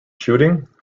shooting